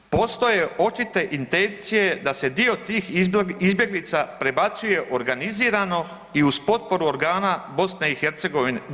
Postoje očite intencije da se dio tih izbjeglica prebacuje organizirano i uz potporu organa BiH.